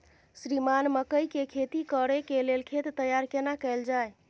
श्रीमान मकई के खेती कॉर के लेल खेत तैयार केना कैल जाए?